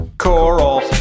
Coral